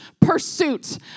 pursuit